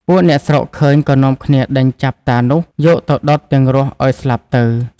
ពួកអ្នកស្រុកឃើញ ក៏នាំគ្នាដេញចាប់តាចាស់នោះ យកទៅដុតទាំងរស់ឲ្យស្លាប់ទៅ ។